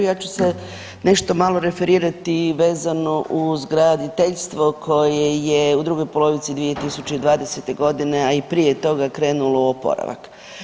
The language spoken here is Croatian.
Ja ću se nešto malo referirati vezano uz graditeljstvo koje je u drugoj polovici 2020.g., a i prije toga, krenulo u oporavak.